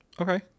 Okay